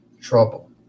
trouble